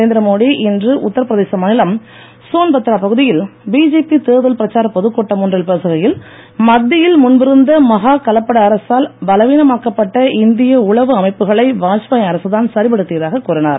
நரேந்திரமோடி இன்று உத்தரப்பிரதேச மாநிலம் சோன்பத்ரா பகுதியில் பிஜேபி தேர்தல் பிரச்சார பொதுக் கூட்டம் ஒன்றில் பேசுகையில் மத்தியில் முன்பிருந்த மகா கலப்பட அரசால் பலவீனமாக்கப்பட்ட இந்திய உளவு அமைப்புகளை வாஜ்பாய் அரசுதான் சரிப்படுத்தியதாக கூறினார்